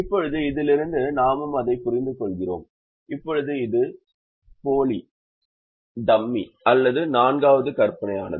இப்போது இதிலிருந்து நாமும் அதைப் புரிந்துகொள்கிறோம் இப்போது இது போலி அல்லது நான்காவது கற்பனையானது